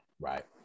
right